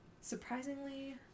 Surprisingly